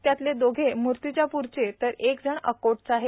त्यातले दोघे म्र्तीजाप्रचे तर एक जण अकोटचा आहे